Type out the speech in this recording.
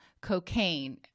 cocaine